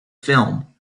film